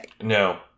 no